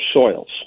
soils